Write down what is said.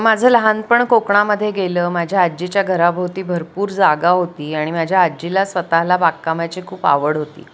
माझं लहानपण कोकणामध्ये गेलं माझ्या आज्जीच्या घराबोती भरपूर जागा होती आणि माझ्या आजीला स्वतःला बागकामाची खूप आवड होती